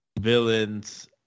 villains